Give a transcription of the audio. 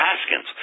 Haskins